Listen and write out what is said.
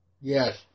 yes